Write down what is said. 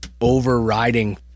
overriding